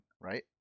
right